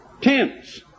tents